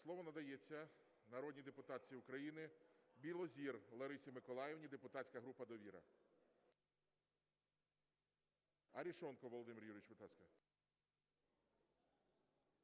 Слово надається народній депутатці України Білозір Ларисі Миколаївні, депутатська група "Довіра". Арешонков Володимир Юрійович, будь ласка.